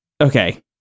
okay